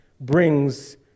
brings